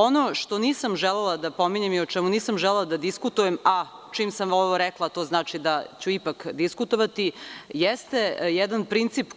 Ono što nisam želela da pominjem i o čemu nisam želela da diskutujem, a čim sam ovo rekla to znači da ću ipak diskutovati, jeste jedan princip,